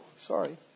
sorry